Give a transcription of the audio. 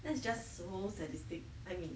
that's just so statistic I mean